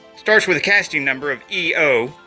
starts with a casting number of eo